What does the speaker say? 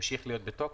ימשיך להיות בתוקף,